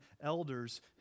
elders